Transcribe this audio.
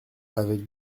avec